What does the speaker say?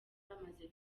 bamaze